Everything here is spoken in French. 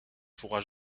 pourra